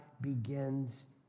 begins